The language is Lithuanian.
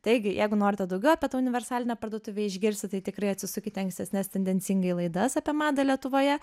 taigi jeigu norite daugiau apie tą universalinę parduotuvę išgirsti tai tikrai atsisukite ankstesnes tendencingai laidas apie madą lietuvoje